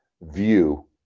view